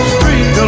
Street